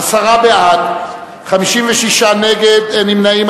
עשרה בעד, 56 נגד, אין נמנעים.